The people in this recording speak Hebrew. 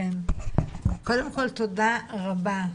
קודם כל תודה רבה,